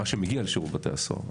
מה שמגיע לשירות בתי הסוהר.